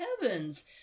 heavens